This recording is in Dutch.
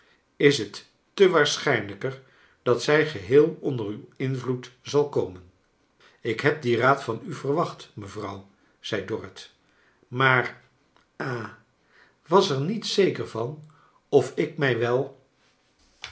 is het te waarschijnlqker dat zij geheel onder uw invloed zal komen ik heb dien raad van u verwacht me vrouw zei dorrit maar ha was er niet zeker van of ik mij wel